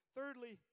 Thirdly